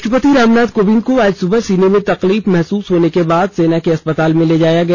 राष्ट्रपति रामनाथ कोविंद को आज सुबह सीने में तकलीफ महसूस होने के बाद सेना के अस्पताल में ले जाया गया